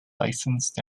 licensed